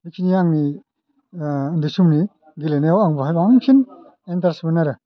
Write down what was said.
बेखिनि आंनि उन्दै समनि गेलेनायाव आं बाहाय बांसिन एन्थारेस मोनो आरो